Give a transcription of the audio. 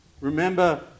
Remember